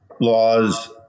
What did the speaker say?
laws